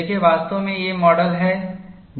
देखें वास्तव में ये माडल हैं